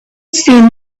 seemed